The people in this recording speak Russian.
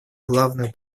главную